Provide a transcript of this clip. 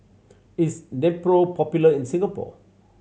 is Nepro popular in Singapore